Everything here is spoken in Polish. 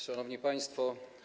Szanowni Państwo!